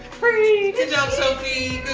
free! good job, sophie!